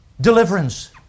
Deliverance